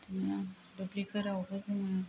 बिदिनो दुब्लिफोरावबो जोङो